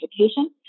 education